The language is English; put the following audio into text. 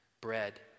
bread